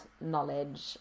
knowledge